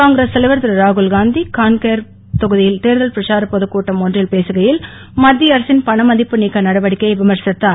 காங்கிரஸ் தலைவர் திருராகுல் காந்தி கான்கோ தொகுதியில் தேர்தல் பிரச்சார பொதுக்கூட்டம் ஒன்றில் பேசுகையில் மத்திய அரசின் பணமதிப்பு நீக்க நடவடிக்கையை விமர்சித்தார்